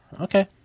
Okay